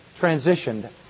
transitioned